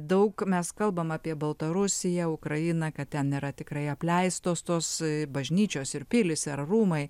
daug mes kalbam apie baltarusiją ukrainą kad ten yra tikrai apleistos tos bažnyčios ir pilys ir rūmai